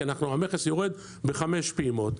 כי המכס יורד בחמש פעימות,